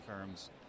firms